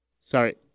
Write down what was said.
Sorry